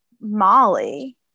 Molly